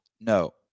No